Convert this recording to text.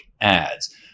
ads